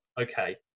Okay